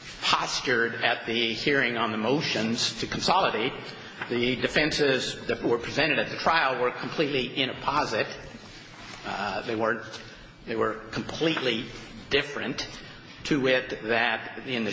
fostered at the hearing on the motions to consolidate the defenses that were presented at the trial were completely in a positive they weren't they were completely different to wit that in the